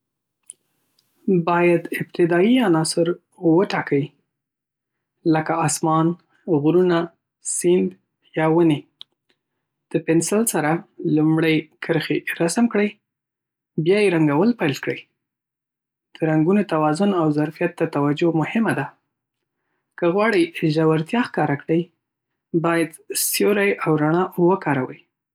باید ابتدايي عناصر وټاکئ لکه آسمان، غرونه، سیند یا ونې. د پنسل سره لومړنۍ کرښې رسم کړئ، بیا یې رنګول پیل کړئ. د رنګونو توازن او ظرافت ته توجه مهمه ده. که غواړئ ژورتیا ښکاره کړئ، باید سیوري او رڼا وکاروئ. وروستي جزئیات نقاشي ته ژوند ورکوي